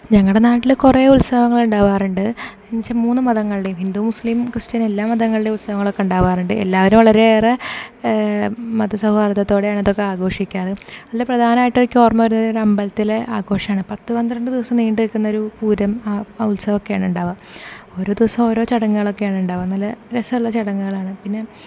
ഞങ്ങളുടെ നാട്ടിൽ കുറേ ഉത്സവങ്ങൾ ഉണ്ടാകാറുണ്ട് എന്നുവെച്ചാൽ മൂന്ന് മതങ്ങളുടെയും ഹിന്ദു മുസ്ലിം ക്രിസ്ത്യൻ എല്ലാ മതങ്ങളുടെ ഉത്സവങ്ങളുമൊക്കെ ഉണ്ടാകാറുണ്ട് എല്ലാവരും വളരെയേറെ മതസൗഹാർദത്തോടെയാണ് ഇതൊക്കെ ആഘോഷിക്കാറ് അതിൽ പ്രധാനമായിട്ടും എനിക്ക് ഓർമ്മ വരുന്നത് ഒരമ്പലത്തിലെ ആഘോഷമാണ് പത്തു പന്ത്രണ്ട് ദിവസം നീണ്ടുനിൽക്കുന്നൊരു പൂരം ആ ഉത്സവമൊക്കെ ആണ് ഉണ്ടാകുക ഓരോ ദിവസം ഓരോ ചടങ്ങുകളൊക്കെ ഒക്കെയാണ് ഉണ്ടാകുക നല്ല രസമുള്ള ചടങ്ങുകളാണ് പിന്നെ